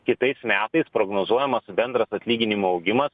kitais metais prognozuojamas bendras atlyginimų augimas